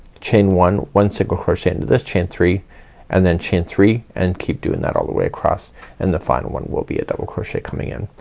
chain one, one single crochet into this chain three and then chain three and keep doing that all the way across and the final one will be a double crochet coming in.